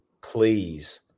please